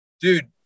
dude